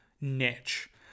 niche